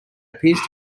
appears